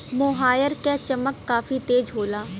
मोहायर क चमक काफी तेज होला